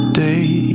day